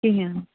کِہیٖنۍ